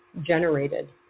generated